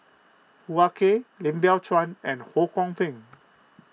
Hoo Ah Kay Lim Biow Chuan and Ho Kwon Ping